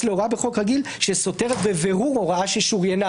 להוראה בחוק רגיל שסותרת בבירור הוראה ששוריינה.